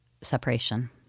separation